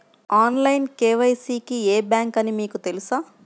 Online KYC కి ఏ bank అని మీకు తెలుసా?